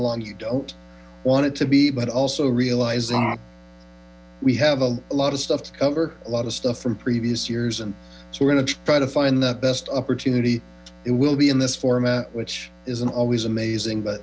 long you don't want it to be but also realizing we have a lot of stuff to cover a lot of stuff from previous years and we're going to try to find the best opportunity will be in this format which isn't always amazing but